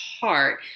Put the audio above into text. heart